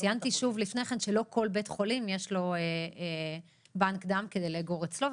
ציינתי לפני כן שלא לכל בית חולים יש בנק דם כדי לאגור אצלו,